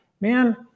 man